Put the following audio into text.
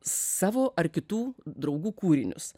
savo ar kitų draugų kūrinius